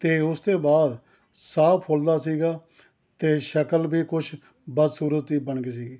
ਅਤੇ ਉਸ ਤੋਂ ਬਾਅਦ ਸਾਹ ਫੁੱਲਦਾ ਸੀਗਾ ਅਤੇ ਸ਼ਕਲ ਵੀ ਕੁਛ ਬਦਸਰੂਤ ਜਿਹੀ ਬਣ ਗਈ ਸੀਗੀ